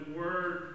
word